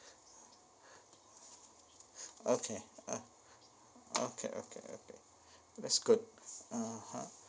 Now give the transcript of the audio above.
okay uh okay okay okay that's good (uh huh)